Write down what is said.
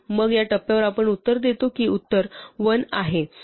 मग या टप्प्यावर आपण उत्तर देतो की उत्तर 1 आहे